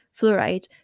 fluoride